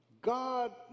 God